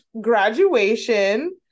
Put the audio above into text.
graduation